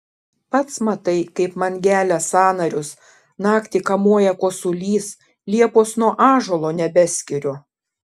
pats matai kaip man gelia sąnarius naktį kamuoja kosulys liepos nuo ąžuolo nebeskiriu